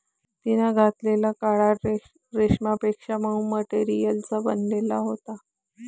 तिने घातलेला काळा ड्रेस रेशमापेक्षा मऊ मटेरियलचा बनलेला होता